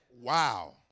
Wow